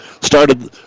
started